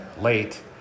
late